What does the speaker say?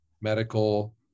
medical